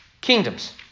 Kingdoms